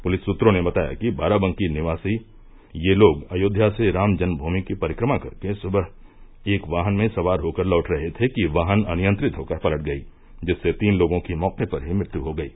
police सूत्रों ने बताया कि बाराबंकी निवासी यह लोग अयोध्या से राम जन्मूमि की परिक्रमा कर के सुबह एक वाहन में सवार होकर लौट रहे थे कि वाहन अनियंत्रित होकर पलट गयी जिससे तीन लोगों की मौके पर ही मृत्यु हो गयी